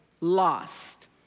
lost